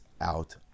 out